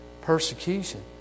persecution